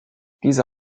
diese